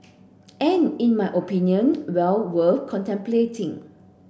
and in my opinion well worth contemplating